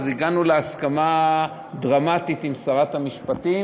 אז הגענו להסכמה דרמטית עם שרת המשפטים,